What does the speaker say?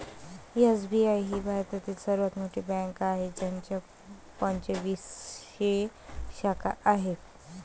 SBI ही भारतातील सर्वात मोठी बँक आहे ज्याच्या पंचवीसशे शाखा आहेत